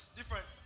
Different